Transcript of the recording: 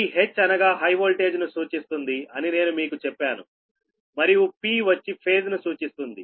ఈ 'H' అనగా high voltage ను సూచిస్తుంది అని నేను మీకు చెప్పాను మరియు P వచ్చి ఫేజ్ ను సూచిస్తుంది